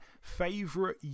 Favorite